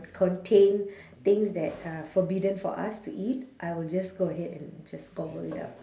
contain things that are forbidden for us to eat I will just go ahead and just gobble it up